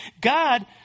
God